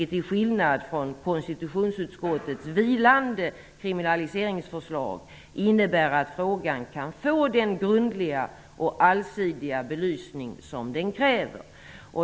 Till skillnad från konstitutionsutskottets vilande kriminaliseringsförslag innebär det att frågan kan få den grundliga och allsidiga belysning som den kräver.